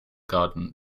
garden